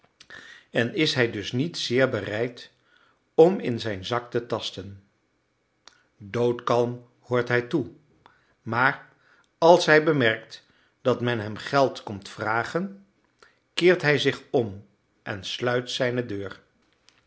en is hij dus niet zeer bereid om in zijn zak te tasten doodkalm hoort hij toe maar als hij bemerkt dat men hem geld komt vragen keert hij zich om en sluit zijne deur